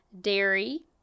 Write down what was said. Dairy